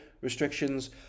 restrictions